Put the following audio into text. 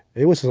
it was ah